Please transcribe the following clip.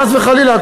חס וחלילה,